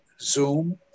Zoom